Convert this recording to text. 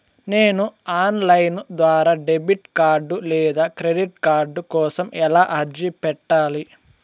నేను online ద్వారా debit card లేదా క్రెడిట్ కార్డు కోసం ఎలా అర్జీ పెట్టాలి?